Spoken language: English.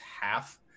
half